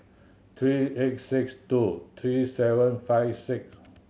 three eight six two three seven five six